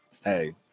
hey